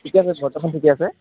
ঠিকে আছে বৰ্তমান ঠিকে আছে